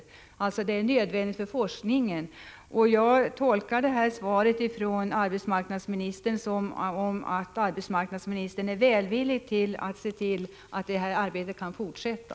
Det är alltså en nödvändighet för forskningen. Jag tolkar arbetsmarknadsministerns svar så, att hon är välvilligt inställd till detta och att hon är beredd att se till att det här arbetet får fortsätta.